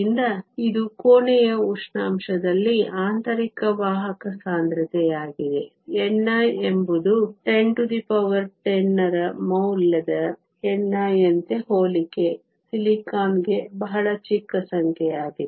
ಆದ್ದರಿಂದ ಇದು ಕೋಣೆಯ ಉಷ್ಣಾಂಶದಲ್ಲಿ ಆಂತರಿಕ ವಾಹಕ ಸಾಂದ್ರತೆಯಾಗಿದೆ ni ಎಂಬುದು1010 ರ ಮೌಲ್ಯದ ni ಯಂತೆ ಹೋಲಿಕೆ ಸಿಲಿಕಾನ್ಗೆ ಬಹಳ ಚಿಕ್ಕ ಸಂಖ್ಯೆಯಾಗಿದೆ